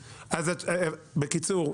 בקיצור,